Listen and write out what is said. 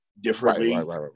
differently